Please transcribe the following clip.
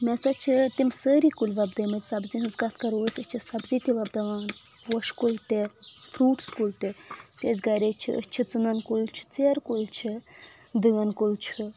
مےٚ ہسا چھِ تِم سٲری کُلۍ وۄپدٲے مٕتۍ سبٕزی یَن ہِنٛز کتھ کرو أسۍ أسۍ چھِ سبٕزی تہِ وۄپداوان پوشہٕ کُلۍ تہِ فروٗٹٕس کُلۍ تہِ یہِ أسۍ گرے چھِ أسۍ چھِ ژٕنن کُلۍ چھِ ژیرٕ کُلۍ چھِ دٲن کُل چھ